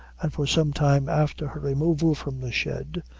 and for some time after her removal from the shed,